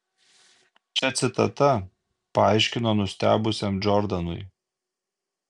čia citata paaiškino nustebusiam džordanui